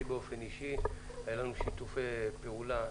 באופן אישי אני יכול לומר שהיו לנו שיתופי פעולה.